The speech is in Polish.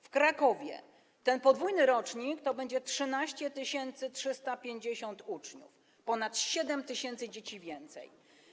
W Krakowie ten podwójny rocznik to będzie 13 350 uczniów, ponad 7 tys. dzieci więcej.